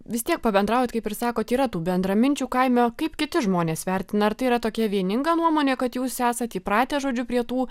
vis tiek pabendraujat kaip ir sakot yra tų bendraminčių kaime kaip kiti žmonės vertina ar tai yra tokia vieninga nuomonė kad jūs esat įpratę žodžiu prie tų